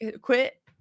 quit